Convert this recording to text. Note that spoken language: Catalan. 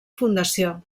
fundació